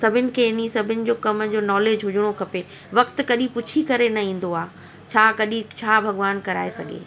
सभिनी खे हिन ई सभिनी जो कमनि जो नॉलेज हुजिणो खपे वक़्तु कॾहिं पुछी करे न ईंदो आहे छा कॾहिं छा भॻवानु कराए सघे